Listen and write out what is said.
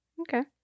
Okay